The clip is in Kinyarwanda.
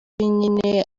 nyine